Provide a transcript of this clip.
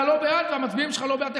אתה לא בעד, והמצביעים שלך לא בעד.